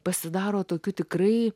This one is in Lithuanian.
pasidaro tokiu tikrai